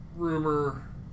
Rumor